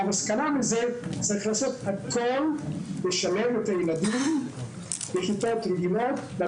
המסקנה מזה היא שצריך לעשות הכול לשלב את הילדים בכיתות רגילות.